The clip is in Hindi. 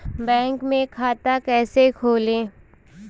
बैंक में खाता कैसे खोलें?